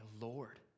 Lord